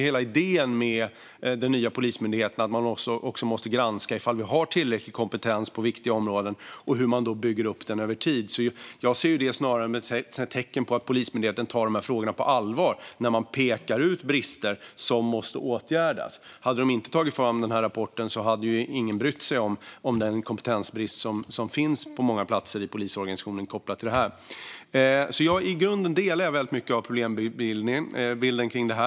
Hela idén med den nya polismyndigheten är att granska om vi har tillräcklig kompetens på viktiga områden och hur man bygger upp den över tid. Jag ser det snarare som ett tecken på att Polismyndigheten tar dessa frågor på allvar när man pekar ut brister som måste åtgärdas. Hade man inte tagit fram denna rapport hade ju ingen brytt sig om den kompetensbrist som finns på många platser i polisorganisationen kopplat till detta. I grunden håller jag med om väldigt mycket av problembilden kring detta.